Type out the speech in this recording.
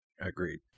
Agreed